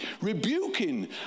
rebuking